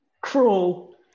Cruel